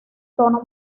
tono